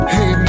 Hey